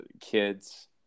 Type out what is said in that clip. kids